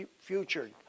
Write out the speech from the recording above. future